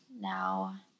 now